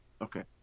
Okay